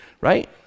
right